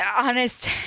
Honest